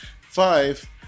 Five